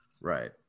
right